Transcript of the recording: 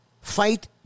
Fight